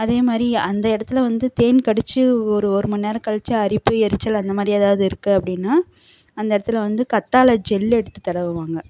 அதே மாதிரி அந்த இடத்துல வந்து தேனீ கடித்து ஒரு ஒரு மணி நேரம் கழித்து அரிப்பு எரிச்சல் அந்த மாதிரி எதாவது இருக்குது அப்படின்னா அந்த இடத்துல வந்து கத்தாழை ஜெல் எடுத்து தடவுவாங்க